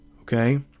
okay